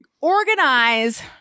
organize